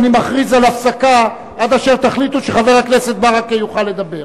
אני מכריז על הפסקה עד אשר תחליטו שחבר הכנסת ברכה יוכל לדבר.